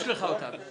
יש לך אותה, היא